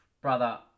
Brother